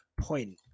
point